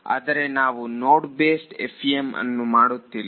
ಆದರೆ ನಾವು node based FEM ಅನ್ನು ಮಾಡುತ್ತಿಲ್ಲ